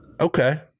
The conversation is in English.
Okay